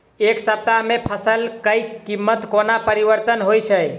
एक सप्ताह मे फसल केँ कीमत कोना परिवर्तन होइ छै?